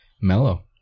mellow